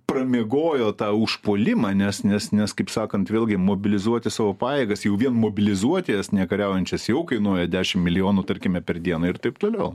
pramiegojo tą užpuolimą nes nes nes kaip sakant vėlgi mobilizuoti savo pajėgas jau vien mobilizuoties ne kariaujančias jau kainuoja dešimt milijonų tarkime per dieną ir taip toliau